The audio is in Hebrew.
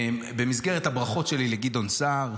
במסגרת הברכות שלי לגדעון סער,